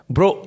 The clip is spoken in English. Bro